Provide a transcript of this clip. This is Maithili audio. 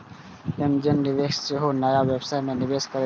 एंजेल निवेशक सेहो नया व्यवसाय मे निवेश करै छै